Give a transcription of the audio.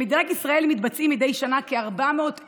במדינת ישראל מתבצעות מדי שנה כ-400,000